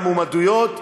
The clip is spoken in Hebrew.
יורד מהמועמדויות.